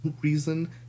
reason